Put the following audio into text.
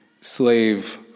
slave